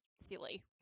silly